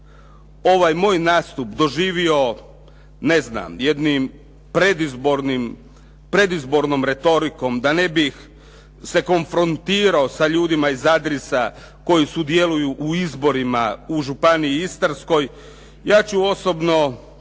ovaj moj nastup doživio ne znam jednim predizbornom retorikom, da ne bih se konfrontirao se sa ljudima iz Adrisa koji sudjeluju u izborima u Županiji istarskoj ja ću osobno